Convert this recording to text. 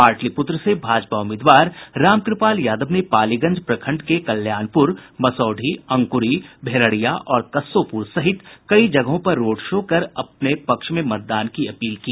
पाटलिपुत्र से भाजपा उम्मीदवार रामकुपाल यादव ने पालीगंज प्रखंड के कल्याणपुर मसौढ़ी अंकुरी भेड़रिया और कस्सोपुर सहित कई जगहों पर रोड शो कर लोगों से अपने पक्ष में मतदान की अपील की